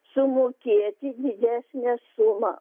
sumokėti didesnę sumą